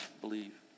believe